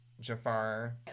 Jafar